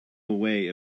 way